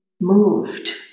Moved